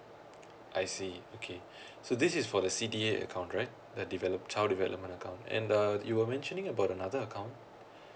I see okay so this is for the C_D_A account right the develop child development account and uh you were mentioning about another account